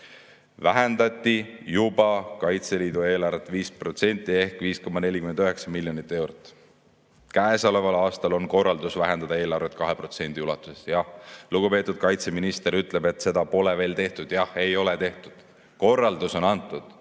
vähendati juba Kaitseliidu eelarvet 5% ehk 5,49 miljonit eurot. Käesoleval aastal on korraldus vähendada eelarvet 2%. Lugupeetud kaitseminister ütleb, et seda pole veel tehtud. Jah, ei ole tehtud. Aga korraldus on antud.